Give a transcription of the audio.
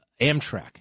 Amtrak